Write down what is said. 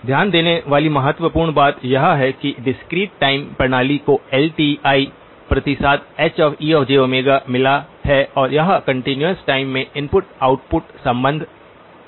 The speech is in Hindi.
ध्यान देने वाली महत्वपूर्ण बात यह है कि डिस्क्रीट टाइम प्रणाली को एल टी आई प्रतिसाद Hejω मिला है और यह कंटीन्यूअस टाइम में इनपुट आउटपुट संबंध से संबंधित है